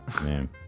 Man